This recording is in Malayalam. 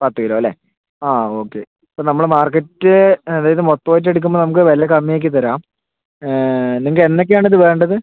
പത്തു കിലോ അല്ലേ ആ ഓക്കെ ഇപ്പോൾ നമ്മുടെ മാർക്കറ്റ് അതായത് മൊത്തമായിട്ട് എടുക്കുമ്പോൾ നമുക്ക് വില കമ്മിയാക്കിത്തരാം നിങ്ങൾക്ക് എന്നൊക്കെയാണിത് വേണ്ടത്